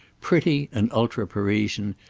pretty and ultra-parisian,